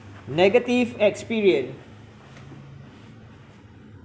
negative experience